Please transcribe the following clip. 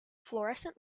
fluorescent